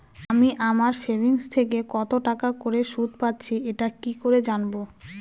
আমি আমার সেভিংস থেকে কতটাকা করে সুদ পাচ্ছি এটা কি করে জানব?